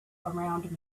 around